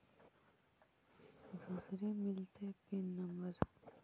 दुसरे मिलतै pin number?